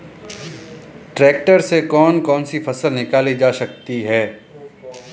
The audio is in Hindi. ट्रैक्टर से कौन कौनसी फसल निकाली जा सकती हैं?